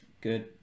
Good